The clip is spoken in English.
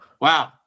wow